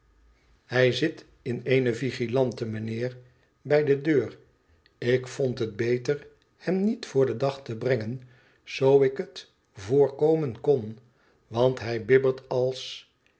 hij zit in eene vigilante mijnheer bij de deur ik vond het beter hem niet voor den dag te brengen zoo ik het voorkomen kon want hij bibbert als